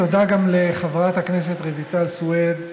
תודה גם לחברת הכנסת רויטל סויד,